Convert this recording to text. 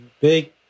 big